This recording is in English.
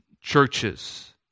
churches